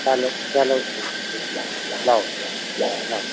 चलो चलो ठीक ठीक ठीक लाओ लाओ